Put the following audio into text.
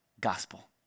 gospel